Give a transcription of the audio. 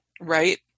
Right